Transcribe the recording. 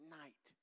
night